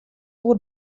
oer